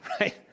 right